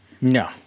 No